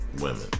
women